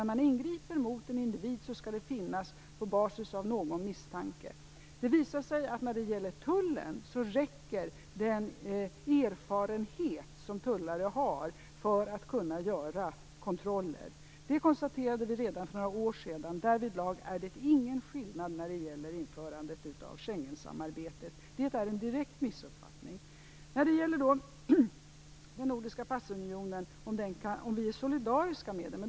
När man ingriper mot en individ skall det ske på basis av någon misstanke. Det visar sig när det gäller tullen att den erfarenhet som tullare har räcker för att göra kontroller. Det konstaterade vi redan för några år sedan. Därvidlag är det ingen skillnad när det gäller införandet av Schengensamarbetet. Det är en direkt missuppfattning. Sven Bergström frågar om vi är solidariska med den nordiska passunionen.